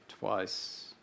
twice